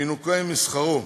ינוכה משכרו,